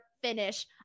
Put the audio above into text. Finish